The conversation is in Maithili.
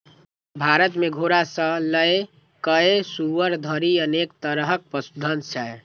भारत मे घोड़ा सं लए कए सुअर धरि अनेक तरहक पशुधन छै